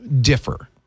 differ